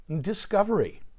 Discovery